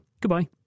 Goodbye